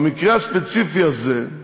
במקרה הספציפי הזה,